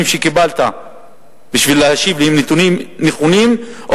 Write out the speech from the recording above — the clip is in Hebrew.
שקיבלת בשביל להשיב לי הם נתונים נכונים או